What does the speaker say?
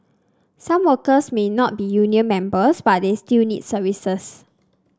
some workers may not be union members but they still need services